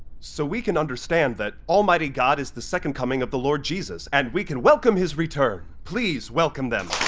so we can understand that almighty almighty god is the second coming of the lord jesus, and we can welcome his return. please welcome them!